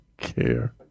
care